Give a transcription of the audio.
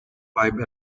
five